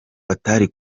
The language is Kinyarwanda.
batari